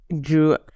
drew